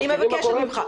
אני מבקשת ממך.